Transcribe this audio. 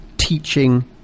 Teaching